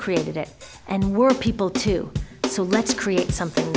created it and we're people too so let's create something